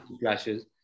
clashes